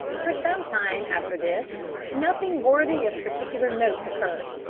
for some time after this nothing worthy of particular note occurred.